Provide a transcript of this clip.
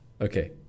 okay